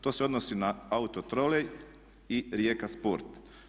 To se odnosi na Autotrolej i Rijeka Sport.